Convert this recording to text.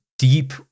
Deep